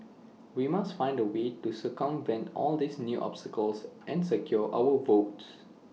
we must find A way to circumvent all these new obstacles and secure our votes